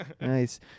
Nice